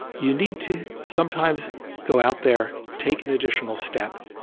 you need to sometimes go out there, take an additional step,